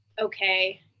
okay